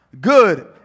good